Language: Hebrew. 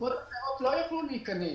קופות אחרות לא יוכלו להיכנס.